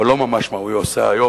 אבל לא ממש מה הוא היה עושה היום.